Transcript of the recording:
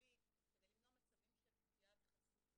את השיח המיטבי,